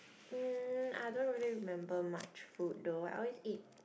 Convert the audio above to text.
mm I don't really remember much food though I always eat